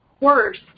Worst